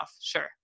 sure